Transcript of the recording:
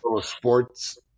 Sports